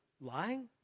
lying